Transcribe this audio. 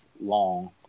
long